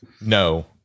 No